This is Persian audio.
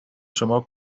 شما